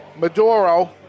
Maduro